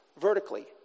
vertically